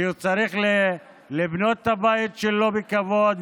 שצריך לבנות את הבית שלו בכבוד,